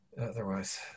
Otherwise